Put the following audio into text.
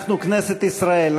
אנחנו כנסת ישראל,